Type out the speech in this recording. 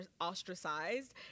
ostracized